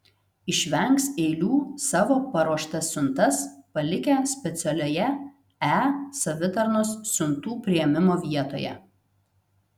išvengs eilių savo paruoštas siuntas palikę specialioje e savitarnos siuntų priėmimo vietoje